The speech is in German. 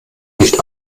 nicht